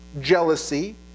jealousy